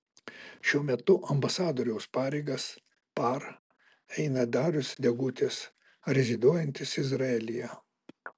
šiuo metu ambasadoriaus pareigas par eina darius degutis reziduojantis izraelyje